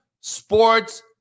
sports